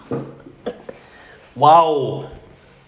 !wow!